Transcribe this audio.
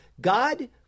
God